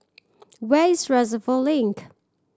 where is Reservoir Link